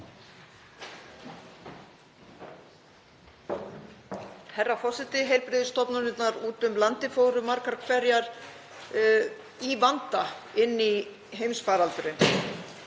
Herra forseti. Heilbrigðisstofnanirnar úti um landið fóru margar hverjar í vanda inn í heimsfaraldurinn